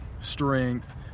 strength